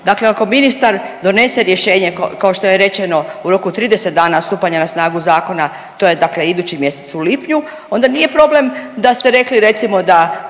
Dakle, ako ministar donese rješenje kao što je rečeno u roku od 30 dana od stupanja na snagu zakona, to je dakle idući mjesec u lipnju, onda nije problem da ste rekli recimo da